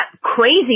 crazy